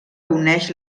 uneix